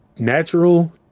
Natural